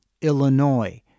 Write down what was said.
Illinois